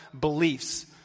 beliefs